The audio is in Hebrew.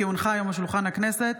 כי הונחה היום על שולחן הכנסת,